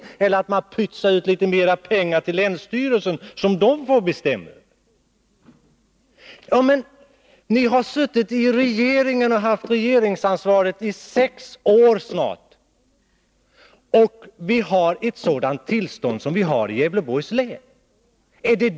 Eller är det att man pytsar ut litet mera pengar till länsstyrelsen, som den kan få bestämma över? Ni har suttit i regeringen och haft regeringsansvaret i snart sex år, och vi har ett sådant tillstånd som vi har i Gävleborgs län.